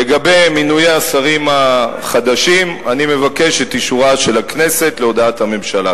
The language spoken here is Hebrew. לגבי מינויי השרים החדשים אני מבקש את אישורה של הכנסת להודעת הממשלה.